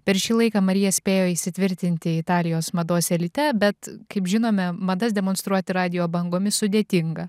per šį laiką marija spėjo įsitvirtinti italijos mados elite bet kaip žinome madas demonstruoti radijo bangomis sudėtinga